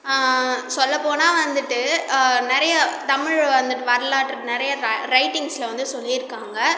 சொல்லப்போனால் வந்துட்டு நிறைய தமிழ் வரலாற்று நிறையா ரைட்டிங்ஸில் வந்து சொல்லிருக்காங்க